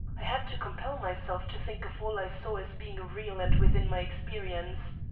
i had to compel myself to think of all i saw as being real and within my experience.